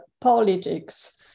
politics